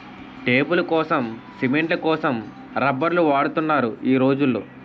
టేపులకోసం, సిమెంట్ల కోసం రబ్బర్లు వాడుతున్నారు ఈ రోజుల్లో